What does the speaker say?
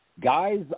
guys